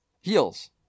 Heels